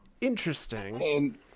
interesting